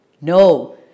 No